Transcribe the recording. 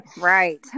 right